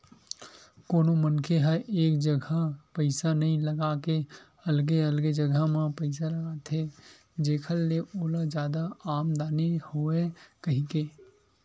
कोनो मनखे ह एक जगा पइसा नइ लगा के अलगे अलगे जगा म पइसा लगाथे जेखर ले ओला जादा आमदानी होवय कहिके